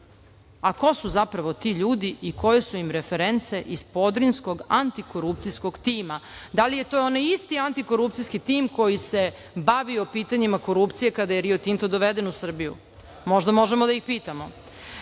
A ko su zapravo ti ljudi i koje su im reference, iz Podrinjskog antikorupcijskog tima? Da li je to onaj isti antikorupcijski tim koji se bavio pitanjima korupcije kada je „Rio Tinto“ doveden u Srbiju? Možda možemo da ih pitamo. Kažu